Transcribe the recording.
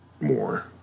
more